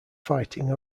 fighting